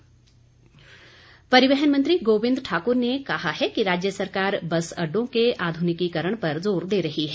परिवहन मंत्री परिवहन मंत्री गोविंद ठाकुर ने कहा है कि राज्य सरकार बस अड्डों के आधुनिकीकरण पर जोर दे रही है